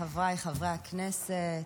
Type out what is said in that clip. חבריי חברי הכנסת.